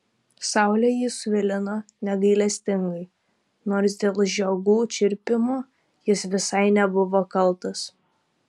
saulė jį svilino negailestingai nors dėl žiogų čirpimo jis visai nebuvo kaltas